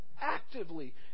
actively